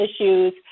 issues –